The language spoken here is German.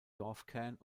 dorfkern